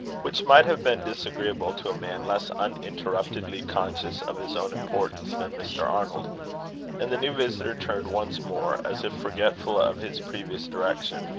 which might have been disagreeable to a man less uninterruptedly conscious of his own importance than mr. arnold and the new visitor turned once more, as if forgetful of his previous direction,